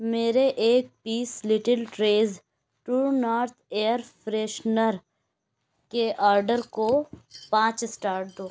میرے ایک piece little trees true north air freshener کے آرڈر کو پانچ اسٹار دو